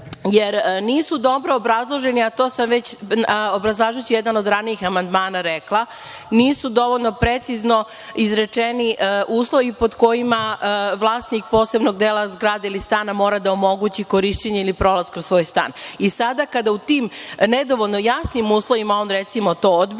jer nisu dobro obrazloženi, a to sam obrazlažući jedan od ranijih amandmana rekla, nisu dovoljno precizno izrečeno uslovi pod kojima vlasnik posebnog dela zgrade ili stana mora da omogući korišćenje ili prolaz kroz svoj stan i sada kada u tim nedovoljno jasnim uslovima on, recimo, to odbije,